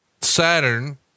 Saturn